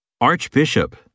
Archbishop